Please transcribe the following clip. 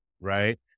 right